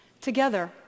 Together